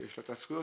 שיש לה את הזכויות,